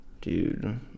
Dude